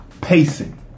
pacing